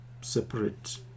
separate